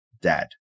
Dad